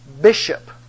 bishop